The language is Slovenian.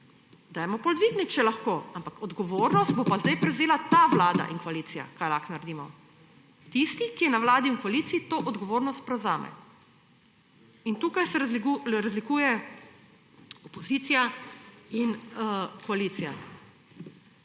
dajmo potem dvigniti, če lahko; ampak odgovornost bo pa zdaj prevzela ta vlada in koalicija, kar lahko naredimo. Tisti, ki je na vladi, v koaliciji, to odgovornost prevzame. In tukaj se razlikuje opozicija in koalicija.